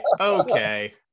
Okay